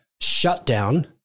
shutdown